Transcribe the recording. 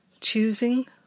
choosing